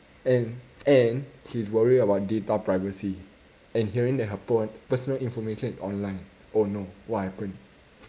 and and she's worried about data privacy and hearing that her per~ personal information is online oh no what happen